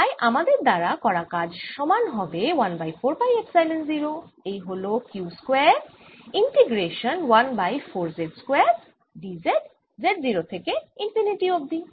তাই আমাদের দ্বারা করা কাজ সমান হবে 1 বাই 4 পাই এপসাইলন 0 এই হল q square integration 1 by 4z square dz z0 থেকে ∞ অবধি